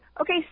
okay